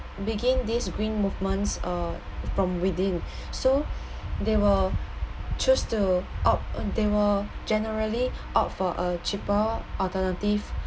begin these green movements uh from within so they will choose to opt they will generally opt for a cheaper alternative